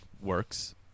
works